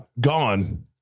gone